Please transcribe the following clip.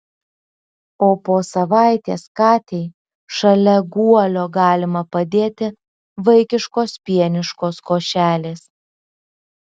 o po savaitės katei šalia guolio galima padėti vaikiškos pieniškos košelės